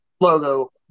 logo